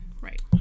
right